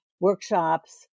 workshops